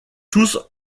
tous